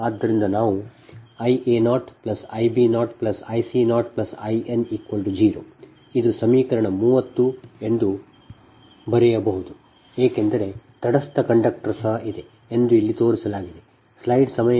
ಆದ್ದರಿಂದ ನಾವು Ia0Ib0Ic0In0 ಇದು ಸಮೀಕರಣ 30 ಎಂದು ಬರೆಯಬಹುದು ಏಕೆಂದರೆ ತಟಸ್ಥ ಕಂಡಕ್ಟರ್ ಸಹ ಇದೆ ಎಂದು ಇಲ್ಲಿ ತೋರಿಸಲಾಗಿದೆ